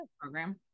program